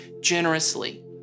generously